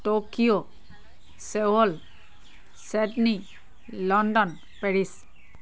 Tokyo Seoul Sydney London Paris